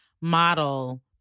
model